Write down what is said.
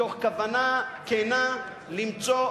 מתוך כוונה כנה למצוא,